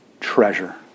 treasure